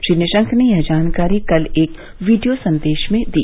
श्री निशंक ने यह जानकारी कल एक वीडियो संदेश में दी